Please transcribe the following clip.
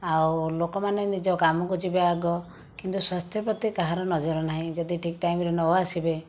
ଆଉ ଲୋକମାନେ ନିଜ କାମକୁ ଯିବେ ଆଗ କିନ୍ତୁ ସ୍ୱାସ୍ଥ୍ୟ ପ୍ରତି କାହାର ନଜର ନାହିଁ ଯଦି ଠିକ୍ ଟାଇମ୍ରେ ନଆସିବେ